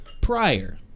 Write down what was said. prior